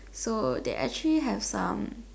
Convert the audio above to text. so they actually have some